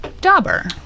dauber